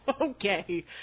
Okay